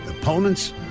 opponents